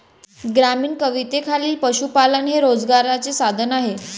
ग्रामीण कवितेखाली पशुपालन हे रोजगाराचे साधन आहे